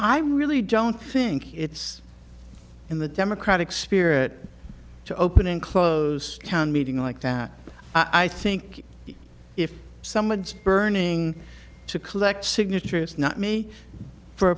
i really don't think it's in the democratic spirit to open and close town meeting like that i think if someone's burning to collect signatures not me for a